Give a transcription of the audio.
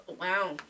Wow